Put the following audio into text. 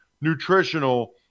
nutritional